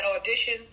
audition